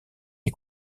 est